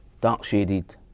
dark-shaded